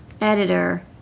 editor